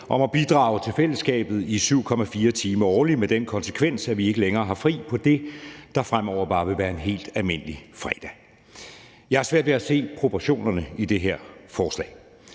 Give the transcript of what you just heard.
om at bidrage til fællesskabet i 7,4 timer årligt med den konsekvens, at vi ikke længere har fri på det, der fremover bare vil være en helt almindelig fredag. Jeg har svært ved at se proportionerne i det her forslag.